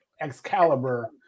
Excalibur